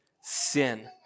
sin